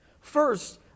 First